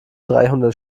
dreihundert